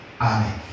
Amen